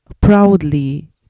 proudly